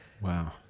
Wow